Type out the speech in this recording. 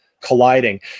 colliding